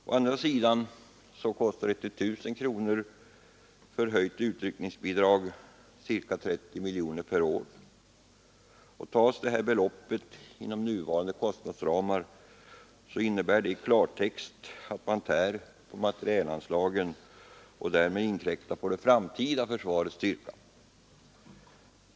Å andra sidan kostar ett till I 000 kronor förhöjt utryckningsbidrag ca 30 miljoner kronor per år. Tas detta belopp inom nuvarande kostnadsramar, innebär det i klartext att man tär på materielanslagen och därmed inkräktar på det framtida försvarets styrka.